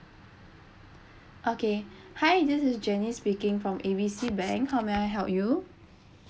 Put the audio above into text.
okay hi this is janice speaking from A B C bank how may I help you